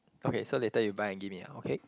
okay so later you buy and give me okay